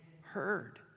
heard